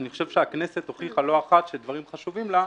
אני חושב שהכנסת הוכיחה לא אחת שדברים חשובים לה,